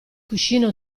cuscino